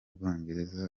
bwongereza